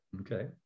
Okay